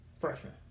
Freshman